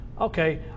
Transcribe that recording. okay